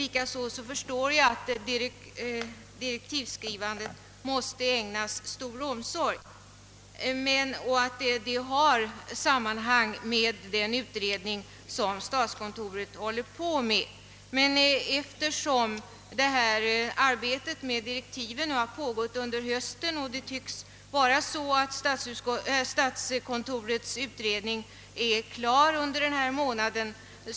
Likaså förstår jag att direktivskrivandet måste ägnas stor omsorg och att hela frågan sammanhänger med den utredning som statskontoret håller på med. Men arbetet med direktiven har pågått under hösten, och det tycks som om statskontorets utredning blir klar denna månad.